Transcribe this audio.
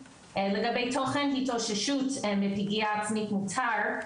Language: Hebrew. לגבי תוכן התאוששות מפגיעה עצמית מותר,